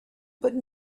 but